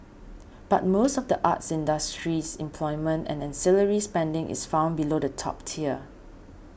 but most of the art industry's employment and ancillary spending is found below the top tier